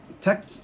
Tech